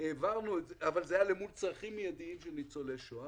אבל זה היה אל מול צרכים מידיים של ניצולי שואה.